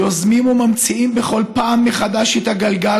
יוזמים וממציאים בכל פעם מחדש את הגלגל